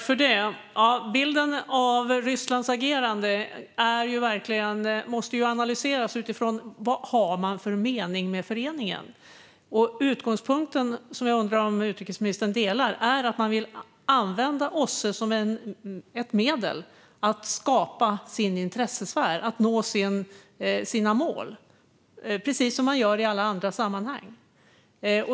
Fru talman! Bilden av Rysslands agerande måste analyseras utifrån vilken mening man har med föreningen. Utgångspunkten, som jag undrar om utrikesministern håller med om, är att man vill använda OSSE som ett medel för att skapa sin intressesfär, för att nå sina mål - precis som man gör i alla andra sammanhang.